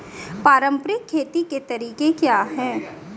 पारंपरिक खेती के तरीके क्या हैं?